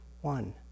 one